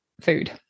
food